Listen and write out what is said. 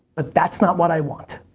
but, that's not what i want.